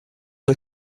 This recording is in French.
toi